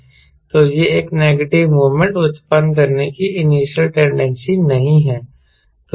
तो यह एक नेगेटिव मोमेंट उत्पन्न करने की इनिशियल टेंडेंसी नहीं है